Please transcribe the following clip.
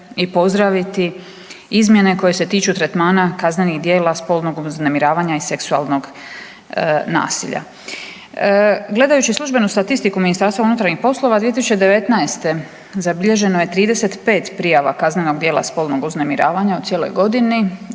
i pozdraviti izmjene koje se tiču tretmana kaznenih djela spolnog uznemiravanja i seksualnog nacilja. Gledajući službenu statistiku MUP-a 2019. zabilježeno je 35 prijava kaznenog djela spolnog uznemiravanja u cijeloj godini,